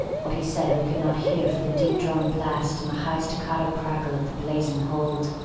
what he said we could not hear for the deep-drawn blast and the high staccato crackle of the blazing hold.